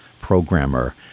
programmer